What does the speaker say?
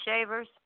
shavers